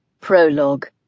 Prologue